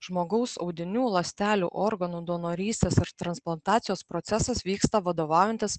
žmogaus audinių ląstelių organų donorystės ir transplantacijos procesas vyksta vadovaujantis